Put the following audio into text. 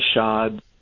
Shad